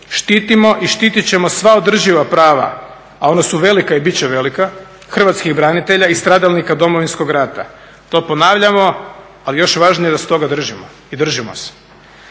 Štitimo i štitit ćemo sva održiva prava, a ona su bila i bit će velika hrvatskih branitelja i stradalnika Domovinskog rata, to ponavljamo, ali je još važnije da se toga držimo i držimo se.